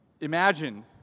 Imagine